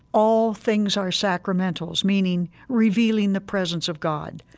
all things are sacramentals, meaning revealing the presence of god.